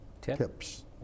tips